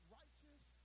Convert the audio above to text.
righteous